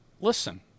listen